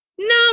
no